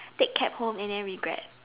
take cab home and then regret